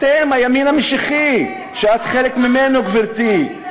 אתם, הימין המשיחי, שאת חלק ממנו, גברתי.